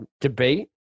debate